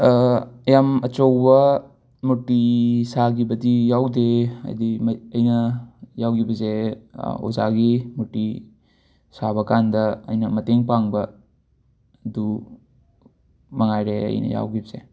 ꯌꯥꯝ ꯑꯆꯧꯕ ꯃꯨꯔꯇꯤ ꯁꯥꯒꯤꯕꯗꯤ ꯌꯥꯎꯗꯦ ꯑꯩꯅ ꯌꯥꯎꯒꯤꯕꯖꯦ ꯑꯣꯖꯥꯒꯤ ꯃꯨꯔꯇꯤ ꯁꯥꯕꯀꯥꯟꯗ ꯑꯩꯅ ꯃꯇꯦꯡ ꯄꯥꯡꯕ ꯑꯗꯨ ꯃꯉꯥꯏꯔꯦ ꯑꯩꯅ ꯌꯥꯎꯒꯤꯕꯖꯦ